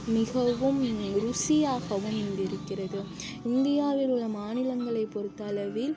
மிகவும் ருசியாகவும் இருக்கிறது இந்தியாவில் உள்ள மாநிலங்களை பொறுத்தளவில்